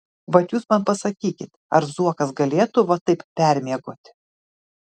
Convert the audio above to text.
vat jūs man pasakykit ar zuokas galėtų va taip permiegoti